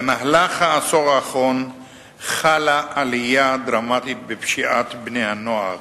במהלך העשור האחרון חלה עלייה דרמטית בפשיעת בני-הנוער: